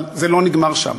אבל זה לא נגמר שם.